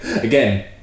Again